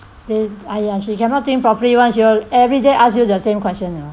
they !aiya! she cannot think properly [one] she will every day ask you the same question you know